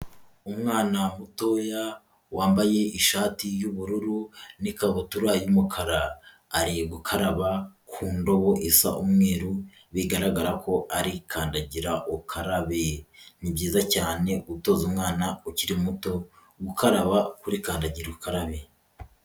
Umwana mutoya wambaye ishati y'ubururu n'ikabutura y'umukara, ari gukaraba ku ndobo isa umweru, bigaragara ko ari kandagira ukarabe, ni byiza cyane gutoza umwana ukiri muto gukaraba kuri kandagira ukarabe.